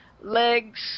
legs